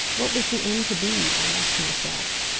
what was the end to be? i asked myself.